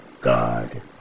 God